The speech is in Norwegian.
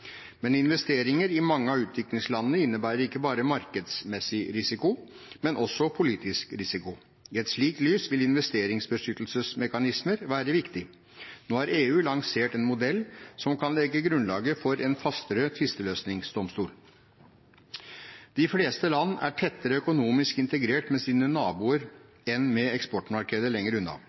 Men investeringer i mange av utviklingslandene innebærer ikke bare markedsmessig risiko, men også politisk risiko. I et slikt lys vil investeringsbeskyttelsesmekanismer være viktig. Nå har EU lansert en modell som kan legge grunnlaget for en fastere tvisteløsningsdomstol. De fleste land er tettere økonomisk integrert med sine naboer enn med eksportmarkeder lenger unna.